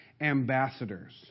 ambassadors